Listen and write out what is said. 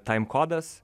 taim kodas